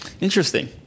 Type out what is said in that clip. interesting